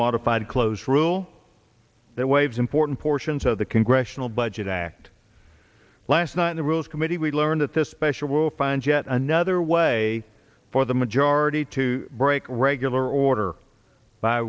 modified close rule that waves important portions of the congressional budget act last night in the rules committee we learned that the special will find yet another way for the majority to break regular order by